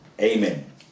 amen